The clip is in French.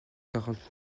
quarante